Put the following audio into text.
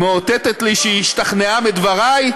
מאותתת לי שהיא השתכנעה מדברי,